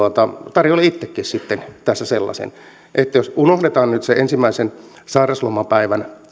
tarjoilen itsekin tässä sellaisen että unohdetaan nyt sen ensimmäisen sairauslomapäivän